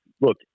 look